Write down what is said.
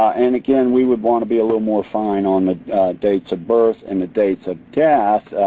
and again, we would want to be a little more fine on the dates of birth and the dates of death.